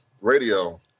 radio